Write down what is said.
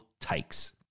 takes